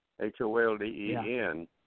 H-O-L-D-E-N